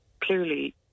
clearly